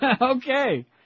Okay